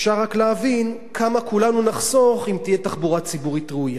אפשר רק להבין כמה כולנו נחסוך אם תהיה תחבורה ציבורית ראויה.